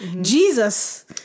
Jesus